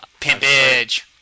Pimpage